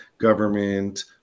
government